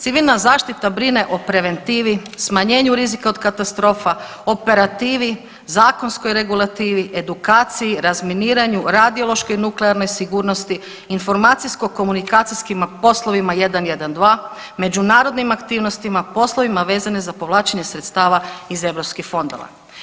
Civilna zaštita brine o preventivi, smanjenju rizika od katastrofa, operativi, zakonskoj regulativi, edukaciji, razminiranju, radiološkoj i nuklearnoj sigurnosti, informacijsko komunikacijskim poslovima 112, međunarodnim aktivnostima poslovima vezani za povlačenje sredstava iz europskih fondova.